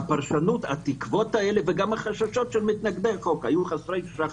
היו הערכות חסרות שחר.